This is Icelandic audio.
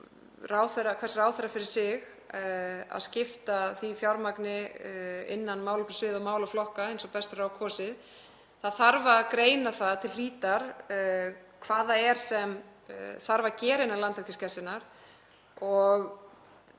hvers ráðherra fyrir sig að skipta því fjármagni innan málefnasviða og málaflokka eins og best verður á kosið. Það þarf að greina það til hlítar hvað það er sem þarf að gera innan Landhelgisgæslunnar og